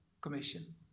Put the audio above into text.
Commission